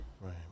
Right